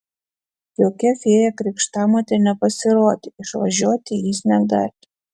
jokia fėja krikštamotė nepasirodė išvažiuoti jis negali